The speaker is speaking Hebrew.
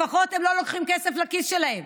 לפחות הם לא לוקחים כסף לכיס שלהם.